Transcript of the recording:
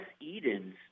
Edens